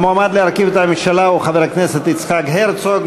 המועמד להרכיב את הממשלה הוא חבר הכנסת יצחק הרצוג.